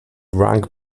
rank